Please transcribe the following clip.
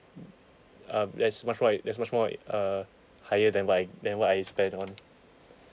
uh that's much more that's much more uh higher than what I than what I spend on